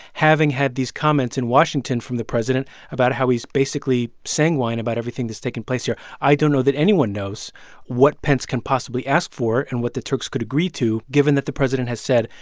having had these comments in washington from the president about how he's basically sanguine about everything that's taking place here? i don't know that anyone knows what pence can possibly ask for and what the turks could agree to, given that the president has said,